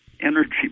energy